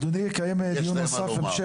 אדוני יקיים דיון המשך?